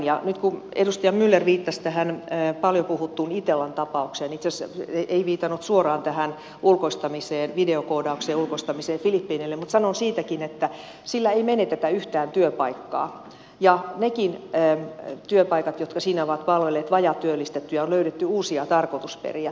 nyt kun edustaja myller viittasi tähän paljon puhuttuun itellan tapaukseen itse asiassa ei viitannut suoraan tähän ulkoistamiseen videokoodauksen ulkoistamiseen filippiineille mutta sanon siitäkin että sillä ei menetetä yhtään työpaikkaa ja niissäkin työpaikoissa jotka siinä ovat palvelleet vajaatyöllistettyjä on löydetty uusia tarkoitusperiä